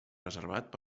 reservat